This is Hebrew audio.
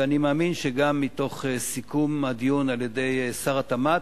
ואני מאמין שגם מתוך סיכום הדיון על-ידי שר התמ"ת,